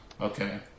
Okay